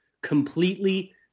completely